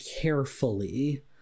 carefully